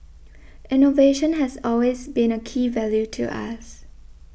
innovation has always been a key value to us